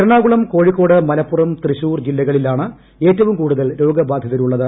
എറണാകുളം കോഴിക്കോട് മലപ്പുറം തൃശൂർ ജില്ലകളിലാണ് ഏറ്റവും കൂടുതൽ രോഗബാധിതരുള്ളത്